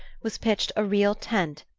was pitched a real tent,